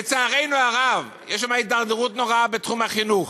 לצערנו הרב, יש הידרדרות נוראה בתחום החינוך.